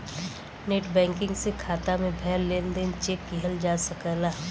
net banking से खाता में भयल लेन देन चेक किहल जा सकला